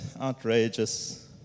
outrageous